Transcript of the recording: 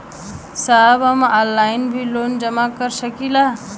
साहब हम ऑनलाइन भी लोन जमा कर सकीला?